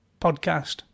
podcast